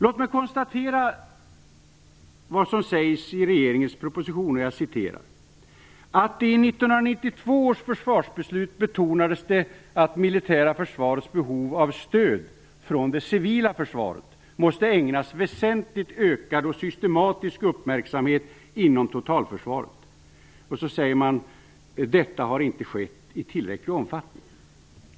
Låt mig konstatera vad som sägs i regeringens proposition: I 1992 års försvarsbeslut betonades att det militära försvarets behov av stöd från det civila försvaret måste ägnas väsentligt ökad och systematisk uppmärksamhet inom totalförsvaret. Detta har inte skett i tillräcklig omfattning.